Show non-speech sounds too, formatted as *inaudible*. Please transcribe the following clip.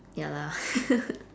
ya lah *laughs*